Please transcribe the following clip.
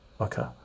okay